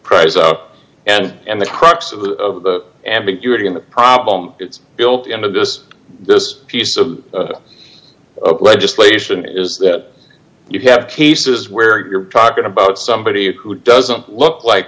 present and the crux of the ambiguity in the problem it's built into this this piece of legislation is that you have cases where you're talking about somebody who doesn't look like